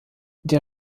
der